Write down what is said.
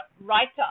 writer